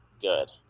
good